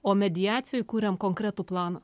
o mediacijoj kuriam konkretų planą